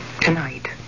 tonight